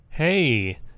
Hey